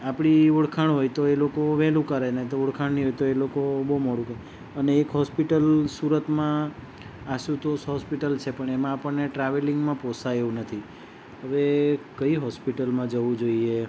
આપણી ઓળખાણ હોય તો એ લોકો વહેલું કરે ને ઓળખાણ નઈ હોય તો એ લોકો મોડુ કરે અને એક હોસ્પિટલ સુરતમાં આસુતોસ હોસ્પિટલ છે પણ એમાં આપણને ટ્રાવેલિંગમાં પોસાય એવું નથી હવે કઈ હોસ્પિટલમાં જવું જોઈએ